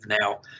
now